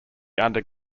under